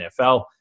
NFL